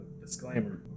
disclaimer